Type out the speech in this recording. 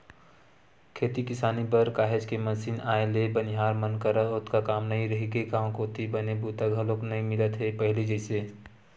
खेती किसानी बर काहेच के मसीन आए ले बनिहार मन करा ओतका काम नइ रहिगे गांव कोती बने बूता घलोक नइ मिलत हे पहिली जइसे